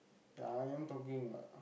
ya I am talking what